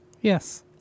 Yes